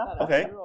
Okay